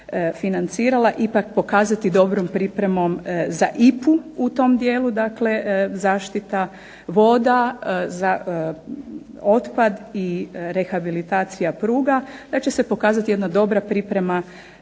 financirala ipak pokazati dobrom pripremom za IPA-u u tom dijelu, dakle zaštita voda za otpad i rehabilitacija pruga, da će se pokazati jedna dobra priprema